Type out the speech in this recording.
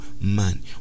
man